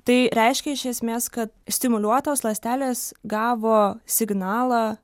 tai reiškia iš esmės kad stimuliuotos ląstelės gavo signalą